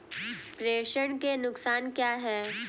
प्रेषण के नुकसान क्या हैं?